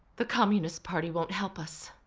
the communist party won't help us.